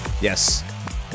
Yes